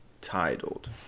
titled